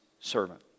servant